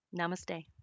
Namaste